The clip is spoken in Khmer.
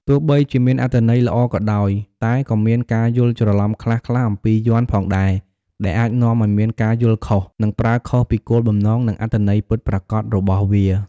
ទោះបីជាមានអត្ថន័យល្អក៏ដោយ តែក៏មានការយល់ច្រឡំខ្លះៗអំពីយ័ន្តផងដែរ ដែលអាចនាំឱ្យមានការយល់ខុស និងប្រើខុសពីគោលបំណង និងអត្ថន័យពិតប្រាកដរបស់វា។